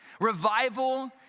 Revival